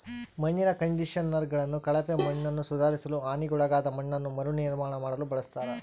ಮಣ್ಣಿನ ಕಂಡಿಷನರ್ಗಳನ್ನು ಕಳಪೆ ಮಣ್ಣನ್ನುಸುಧಾರಿಸಲು ಹಾನಿಗೊಳಗಾದ ಮಣ್ಣನ್ನು ಮರುನಿರ್ಮಾಣ ಮಾಡಲು ಬಳಸ್ತರ